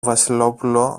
βασιλόπουλο